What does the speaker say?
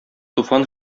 туфан